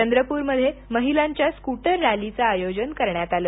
चंद्रपूरमध्ये महिलांच्या स्कूटर रँलीचं आयोजन करण्यात आलं